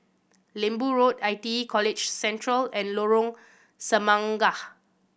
Lembu Road I T E College Central and Lorong Semangka